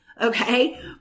Okay